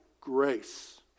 grace